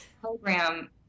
program